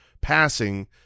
passing